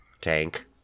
tank